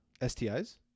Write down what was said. STIs